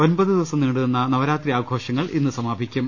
ഒൻപത് ദിവസം നീണ്ടുനിന്ന നവരാത്രി ആഘോ ഷങ്ങൾ ഇന്ന് സമാപിക്കും